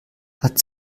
hat